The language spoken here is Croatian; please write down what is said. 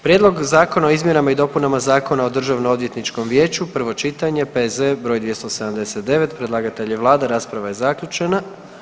Prijedlog Zakona o izmjenama i dopunama Zakona o Državnoodvjetničkom vijeću, prvo čitanje, P.Z. br. 279, predlagatelj je Vlada, rasprava je zaključena.